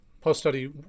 post-study